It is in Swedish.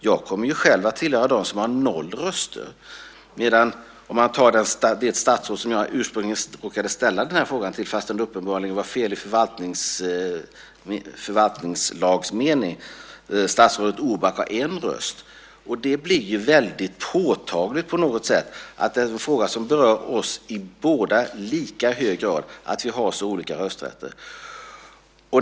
Jag kommer ju själv att tillhöra dem som har noll röster, medan statsrådet Orback, som jag ursprungligen råkade ställa den här interpellationen till fast det uppenbarligen var fel i förvaltningslagsmening, har en röst. Det blir ju väldigt påtagligt att vi i en fråga som berör oss båda i lika hög grad har så olika rösträtter.